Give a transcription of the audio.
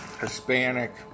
Hispanic